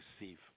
receive